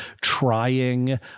trying